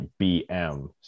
BM